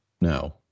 No